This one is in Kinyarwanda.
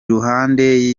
iruhande